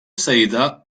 sayıda